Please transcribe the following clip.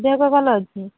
ଦେହ ପା ଭଲ ଅଛି